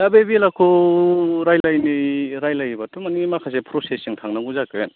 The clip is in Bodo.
दा बे बेलाखौ रायलायनो रालायोबाथ' माने माखासे प्रसेस जों थांनांगौ जागोन